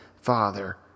Father